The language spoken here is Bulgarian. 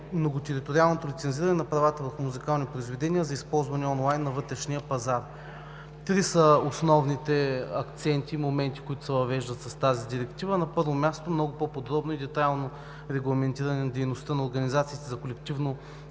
многотериториалното лицензиране на правата върху музикални произведения за използване онлайн на вътрешния пазар. Три са основните моменти, които се въвеждат с тази директива. На първо място, много по-подробно и детайлно регламентиране на дейността на организациите за колективно